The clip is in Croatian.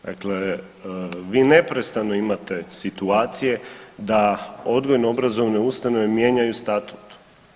Dakle, vi neprestano imate situacije da odgojno obrazovne ustanove mijenjaju statut.